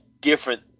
different